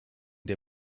der